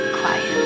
quiet